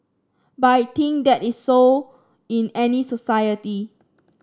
but I think that is so in any society